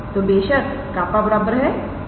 तो बेशक 𝜅 𝑑 2𝑟 𝑑𝑠 2